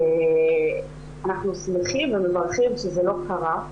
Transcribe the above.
אנחנו שמחים ומברכים שזה לא קרה,